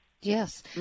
Yes